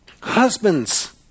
Husbands